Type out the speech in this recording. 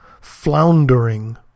floundering